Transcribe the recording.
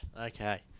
Okay